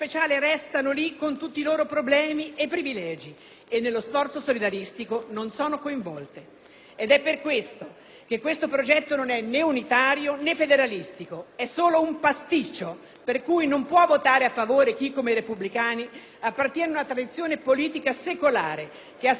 È per questo che tale progetto non è né unitario né federalistico, è solo un pasticcio, per cui non può votare a favore chi, come i repubblicani, appartiene ad una tradizione politica secolare, che ha sempre sostenuto il più ampio decentramento nel rispetto dell'unità solidaristica della Nazione.